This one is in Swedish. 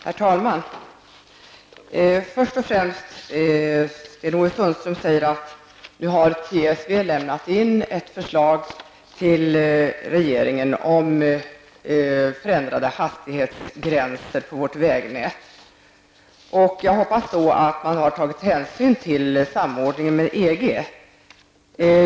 Herr talman! Sten-Ove Sundström säger först och främst att trafiksäkerhetsverket nu har lämnat in ett förslag till regeringen om förändrade hastighetsgränser på vårt vägnät. Jag hoppas att man har tagit hänsyn till samordningen med EG.